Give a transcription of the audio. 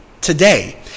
today